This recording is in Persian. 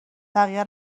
بقیه